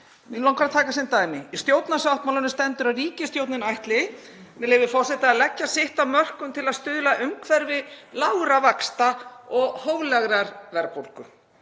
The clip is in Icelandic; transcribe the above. Mig langar að taka sem dæmi að í stjórnarsáttmálanum stendur að ríkisstjórnin ætli, með leyfi forseta: „… leggja sitt af mörkum til að stuðla að umhverfi lágra vaxta, hóflegrar verðbólgu